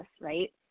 right